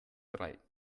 drei